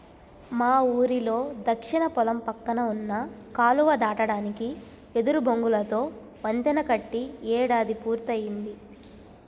మా ఊరిలో దక్షిణ పొలం పక్కన ఉన్న కాలువ దాటడానికి వెదురు బొంగులతో వంతెన కట్టి ఏడాది పూర్తయ్యింది